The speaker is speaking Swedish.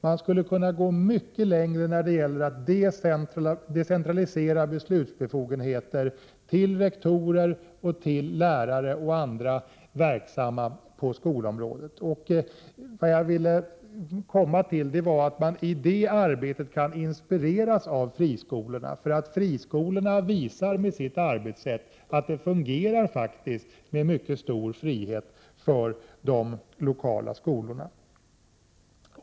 Man skulle kunna gå mycket längre när det gäller att decentralisera beslutsbefogenheter till rektorer, lärare och andra som är verksamma på skolområdet. Vad jag menar är att man i det arbetet kan inspireras av friskolorna. De visar med sitt arbetssätt att det faktiskt fungerar med mycket stor frihet för de lokala skolorna.